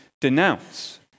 denounce